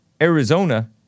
Arizona